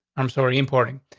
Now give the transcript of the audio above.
i'm sorry importing.